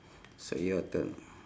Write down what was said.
so your turn